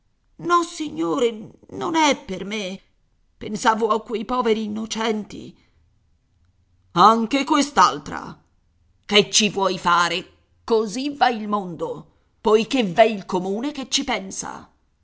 soccorsi nossignore non è per me pensavo a quei poveri innocenti anche quest'altra che ci vuoi fare così va il mondo poiché v'è il comune che ci pensa